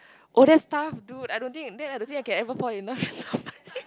oh that's tough dude I don't think that I don't think I can ever fall in love with somebody